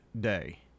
day